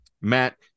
Matt